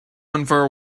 unfair